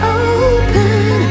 open